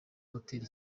hotel